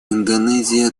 индонезия